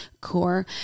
core